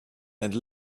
and